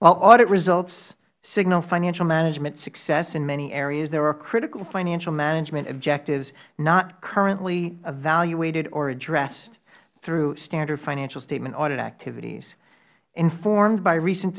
while audit results signal financial management success in many areas there are critical financial management objectives not currently evaluated or addressed through standard financial statement audit activities informed by recent